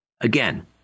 Again